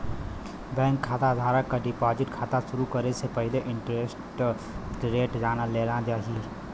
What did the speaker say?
bank खाता धारक क डिपाजिट खाता शुरू करे से पहिले इंटरेस्ट रेट जान लेना चाही